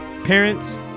Parents